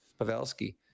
Pavelski